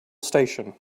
station